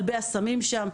כלבי הסמים שם.